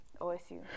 OSU